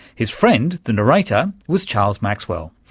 his friend the narrator was charles maxwell.